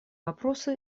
вопросы